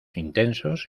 intensos